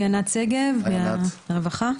אני ענת שגב ממשרד הרווחה,